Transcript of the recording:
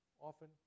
often